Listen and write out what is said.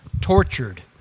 tortured